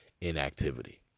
inactivity